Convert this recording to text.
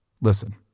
Listen